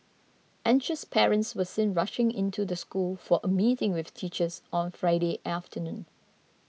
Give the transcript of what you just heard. anxious parents were seen rushing into the school for a meeting with teachers on Friday afternoon